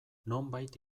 nonbait